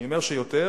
אני אומר שיותר.